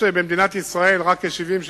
יש במדינת ישראל רק כ-70%,